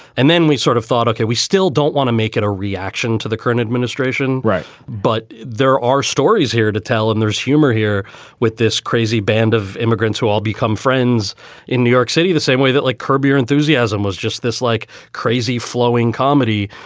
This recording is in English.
and then we sort of thought, okay, we still don't want to make it a reaction to the current administration. right. but there are stories here to tell them. there's humor here with this crazy band of immigrants who all become friends in new york city, the same way that like curb your enthusiasm was just this like crazy flowing comedy.